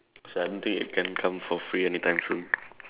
so I don't think it can come for free anytime soon